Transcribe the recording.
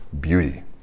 beauty